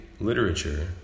literature